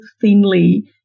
thinly